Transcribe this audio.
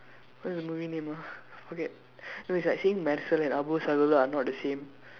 what's the movie name ah okay no it's like saying Mersal and Aboorva Sagodharargal are not the same